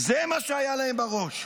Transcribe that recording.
זה מה שהיה להם בראש,